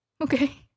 okay